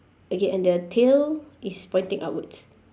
okay and their tail is pointing upwards